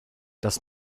das